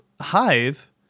Hive